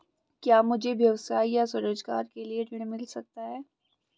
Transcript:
क्या मुझे व्यवसाय या स्वरोज़गार के लिए ऋण मिल सकता है?